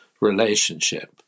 relationship